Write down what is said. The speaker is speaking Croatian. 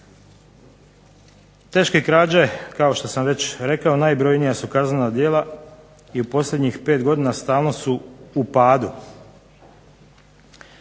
Teške krađe, kao što sam već rekao najbrojnija su kaznena djela i u posljednjih 5 godina stalno su u padu.